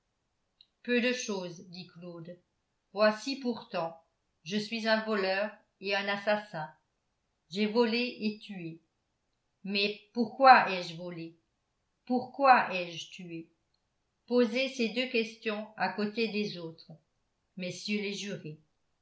peu de chose dit claude voici pourtant je suis un voleur et un assassin j'ai volé et tué mais pourquoi ai-je volé pourquoi ai-je tué posez ces deux questions à côté des autres messieurs les jurés